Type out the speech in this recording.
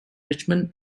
richmond